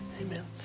Amen